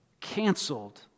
canceled